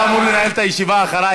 אתה אמור לנהל את הישיבה אחרי.